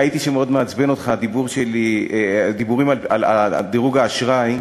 ראיתי שמאוד מעצבנים אותך הדיבורים שלי על דירוג האשראי,